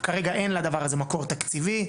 כרגע אין לדבר הזה מקור תקציבי.